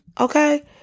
okay